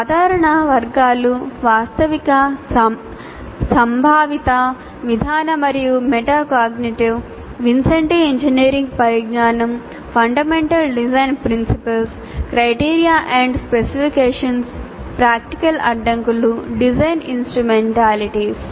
సాధారణ వర్గాలు వాస్తవిక సంభావిత విధాన మరియు మెటాకాగ్నిటివ్ విన్సెంటి ఇంజనీరింగ్ పరిజ్ఞానం fundamental design principles criteria and specifications practical అడ్డంకులు డిజైన్ ఇన్స్ట్రుమెంటాలిటీస్